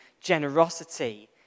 generosity